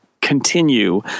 Continue